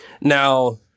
Now